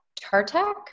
Tartak